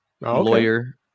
lawyer